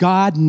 God